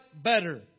better